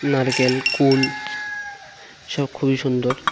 নারকেল কুল সব খুবই সুন্দর